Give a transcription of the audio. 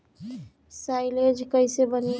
Silage कईसे बनी?